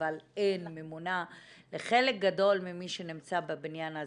אבל אין ממונה לחלק גדול ממי שנמצא בבניין הזה,